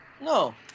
No